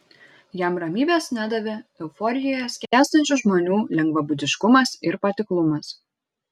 jam ramybės nedavė euforijoje skęstančių žmonių lengvabūdiškumas ir patiklumas